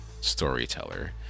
storyteller